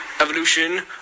evolution